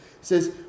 says